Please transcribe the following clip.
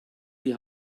die